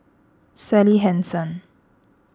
Sally Hansen